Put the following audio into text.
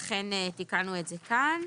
ולכן תיקנו את זה כאן.